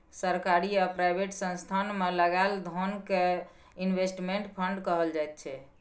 सरकारी आ प्राइवेट संस्थान मे लगाएल धोन कें इनवेस्टमेंट फंड कहल जाय छइ